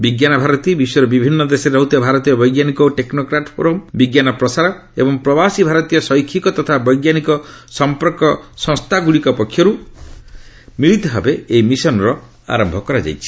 ବିଜ୍ଞାନ ଭାରତୀ ବିଶ୍ୱର ବିଭିନ୍ନ ଦେଶରେ ରହୁଥିବା ଭାରତୀୟ ବୈଜ୍ଞାନିକ ଓ ଟେକ୍କୋକ୍ରାଟ୍ ଫୋରମ୍ ବିଞ୍ଜାନ ପ୍ରସାର ଏବଂ ପ୍ରବାସୀ ଭାରତୀୟ ଶୈଖିକ ତଥା ବୈଜ୍ଞାନିକ ସଂପର୍କ ସଂସ୍ଥା ଗୁଡ଼ିକ ପକ୍ଷରୁ ମିଳିତ ଭାବେ ଏହି ମିଶନ୍ର ଆରମ୍ଭ କରାଯାଇଛି